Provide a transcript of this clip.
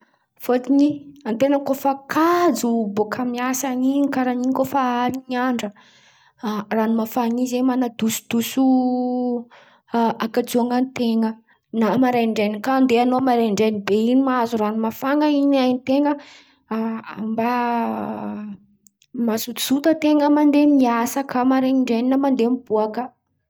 Fotony an-ten̈a koa fa kajo bôka miasa in̈y, karà in̈y koa fa alin̈y andra, a rano mafana in̈y zen̈y man̈adoso a- akajoan̈an-ten̈a. Na marandrain̈y, kà andeha an̈ao marandrain̈y be in̈y, mahazo rano mafan̈a in̈y heni-ten̈a, mba mazoto an-ten̈a mandeha miasa na mandeha miboaka.